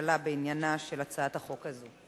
הממשלה בעניינה של הצעת החוק הזו.